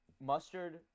Mustard